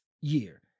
year